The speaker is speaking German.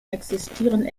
existieren